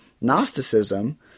Gnosticism